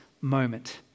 moment